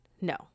no